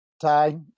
Ty